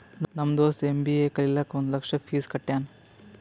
ನಮ್ ದೋಸ್ತ ಎಮ್.ಬಿ.ಎ ಕಲಿಲಾಕ್ ಒಂದ್ ಲಕ್ಷ ಫೀಸ್ ಕಟ್ಯಾನ್